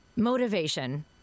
Motivation